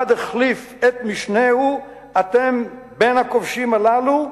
אחד החליף את משנהו, אתם בין הכובשים הללו,